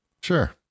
Sure